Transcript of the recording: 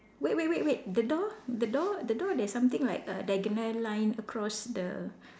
wait wait wait wait the door the door the door there's something like err diagonal line across the